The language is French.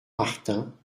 martin